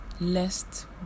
lest